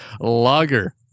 Lager